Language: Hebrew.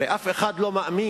הרי אף אחד לא מאמין